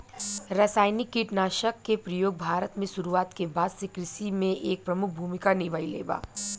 रासायनिक कीटनाशक के प्रयोग भारत में शुरुआत के बाद से कृषि में एक प्रमुख भूमिका निभाइले बा